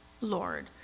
Lord